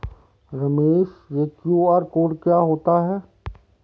रमेश यह QR code क्या होता है?